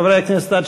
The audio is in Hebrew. חברי הכנסת,